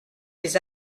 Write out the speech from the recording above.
les